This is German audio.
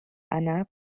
anna